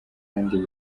kandi